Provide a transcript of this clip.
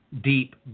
deep